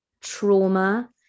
trauma